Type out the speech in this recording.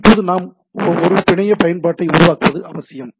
இப்போது நாம் ஒரு பிணைய பயன்பாட்டை உருவாக்க வேண்டியது அவசியம்